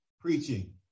preaching